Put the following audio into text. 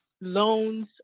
loans